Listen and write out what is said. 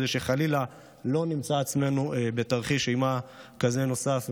כדי שחלילה לא נמצא את עצמנו בתרחיש אימה נוסף כזה.